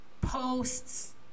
posts